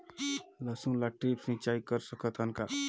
लसुन ल ड्रिप सिंचाई कर सकत हन का?